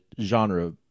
genre